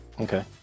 Okay